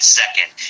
second